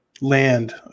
land